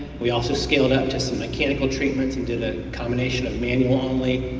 we also scaled up to some mechanical treatments and did a combination of manual only,